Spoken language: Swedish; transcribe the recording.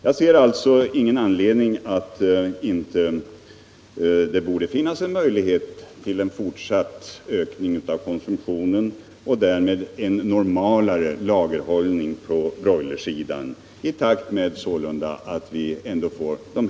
Jag ser alltså inget hinder för en fortsatt ökning av broilerkonsumtionen och därmed en normalare lagerhållning på området.